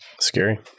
scary